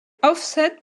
offset